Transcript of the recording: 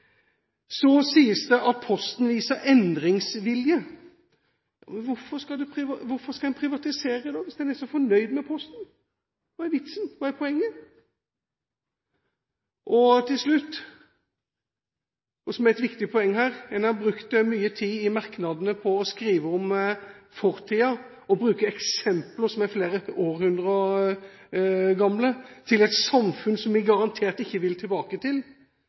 Så sies det at Posten viser endringsvilje. Hvorfor skal en privatisere da, hvis en er så fornøyd med Posten? Hva er vitsen, hva er poenget? Til slutt og som et viktig poeng her: En har brukt mye tid i merknadene på å skrive om fortiden og bruke eksempler som er flere århundrer gamle, fra et samfunn som vi garantert ikke vil tilbake til.